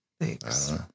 Thanks